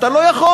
אתה לא יכול.